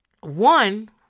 One